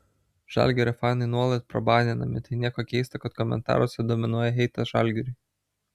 žalgirio fanai nuolat prabaninami tai nieko keisto kad komentaruose dominuoja heitas žalgiriui